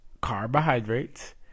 carbohydrates